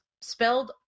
spelled